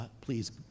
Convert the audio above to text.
please